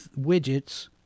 widgets